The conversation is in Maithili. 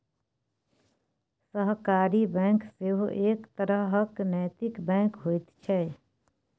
सहकारी बैंक सेहो एक तरहक नैतिक बैंक होइत छै